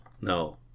no